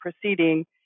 proceeding